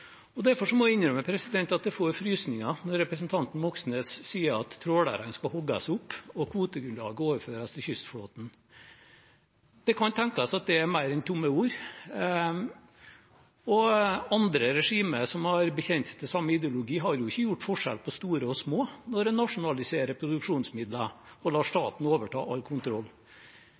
Derfor må jeg innrømme at jeg får frysninger når representanten Moxnes sier at trålerne skal hogges opp og kvotegrunnlaget overføres til kystflåten. Det kan tenkes at det er mer enn tomme ord, og andre regimer som har bekjent seg til samme ideologi, har jo ikke gjort forskjell på store og små når en nasjonaliserer produksjonsmidler og lar staten overta all kontroll.